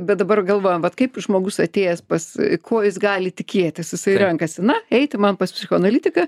bet dabar galvojam vat kaip žmogus atėjęs pas kuo jis gali tikėtis jisai renkasi na eiti man pas psichoanalitiką